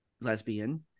lesbian